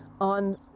on